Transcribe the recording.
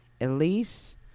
Elise